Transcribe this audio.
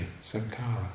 Sankara